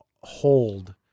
hold